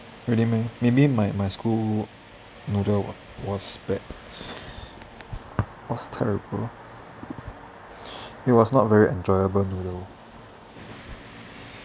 really meh maybe my my school noodle was bad was terrible it was not very enjoyable noodle